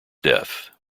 death